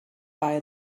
buy